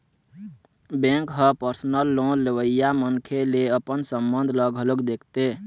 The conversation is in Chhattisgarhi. बेंक ह परसनल लोन लेवइया मनखे ले अपन संबंध ल घलोक देखथे